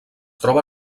troba